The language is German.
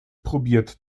probiert